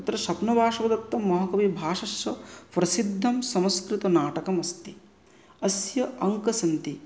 तत्र स्वप्नवासवदत्तं महाकविः भासस्य प्रसिद्धं संस्कृतनाटकम् अस्ति अस्य अङ्क सन्ति